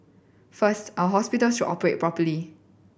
first our hospitals should operate properly